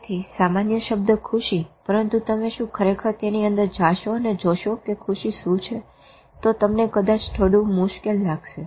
તેથી સામાન્ય શબ્દ ખુશી પરંતુ તમે શું ખરેખર તેની અંદર જાશો અને જોશો કે ખુશી શું છે તો તમને કદાચ થોડુ મુશ્કેલ લાગશે